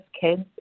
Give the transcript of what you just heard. kids